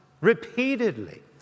repeatedly